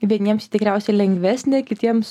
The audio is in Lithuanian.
vieniems tikriausiai lengvesnė kitiems